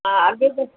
हा अघु त